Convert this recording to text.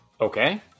Okay